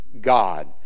God